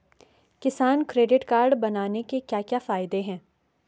किसान credit card बनाने के क्या क्या फायदे हैं?